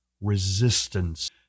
resistance